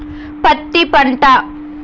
పత్తి పంట